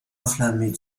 enflammées